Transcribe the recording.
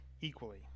equally